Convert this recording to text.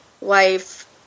wife